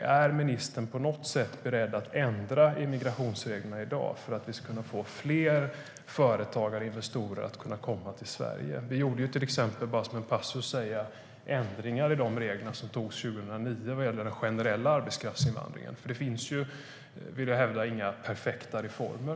Är ministern på något sätt beredd att ändra i migrationsreglerna i dag för att vi ska kunna få fler företagare och investerare att komma till Sverige? Jag kan som en passus säga att vi gjorde ändringar i de regler som antogs 2009 när det gäller den generella arbetskraftsinvandringen. Jag vill hävda att det inte finns några perfekta reformer.